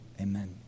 Amen